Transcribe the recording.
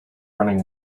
running